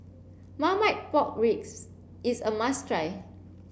Marmite pork ribs is a must try